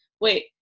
Wait